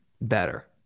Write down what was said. Better